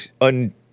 un